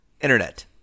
internet